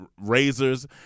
razors